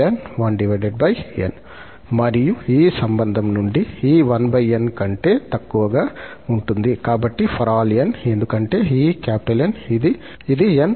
మరియు ఈ సంబంధం నుండి ఈ 1𝑛 కంటే తక్కువగా ఉంటుంది కాబట్టి ∀ 𝑛 ఎందుకంటే ఈ 𝑁 ఇది 𝑁 ఈ 1𝜖 కన్నా పెద్దది